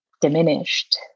diminished